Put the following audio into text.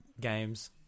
games